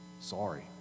sorry